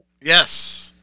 yes